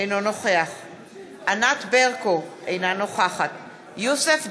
אינו נוכח ענת ברקו, אינה נוכחת יוסף ג'בארין,